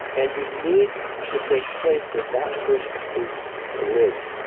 and you need to make place for that person to live.